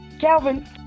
Calvin